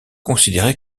considéré